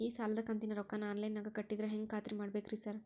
ಈ ಸಾಲದ ಕಂತಿನ ರೊಕ್ಕನಾ ಆನ್ಲೈನ್ ನಾಗ ಕಟ್ಟಿದ್ರ ಹೆಂಗ್ ಖಾತ್ರಿ ಮಾಡ್ಬೇಕ್ರಿ ಸಾರ್?